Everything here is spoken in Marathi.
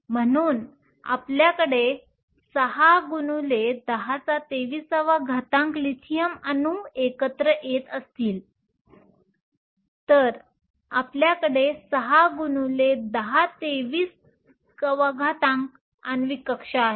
म्हणून जर आपल्याकडे 6 x 1023 लिथियम अणू एकत्र येत असतील तर आपल्याकडे 6 x 1023 आण्विक कक्षा आहेत